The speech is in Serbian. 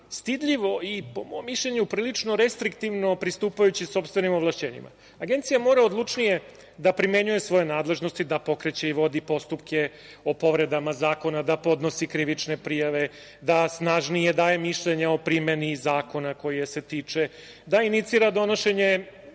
i po mom mišljenju prilično restriktivno pristupajući sopstvenim ovlašćenjima. Agencija mora odlučnije da primenjuje svoje nadležnosti, da pokreće i vodi postupke o povredama zakona, da podnosi krivične prijave, da snažnije daje mišljenje o primeni zakona koje se tiče, da inicira donošenje